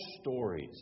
stories